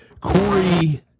Corey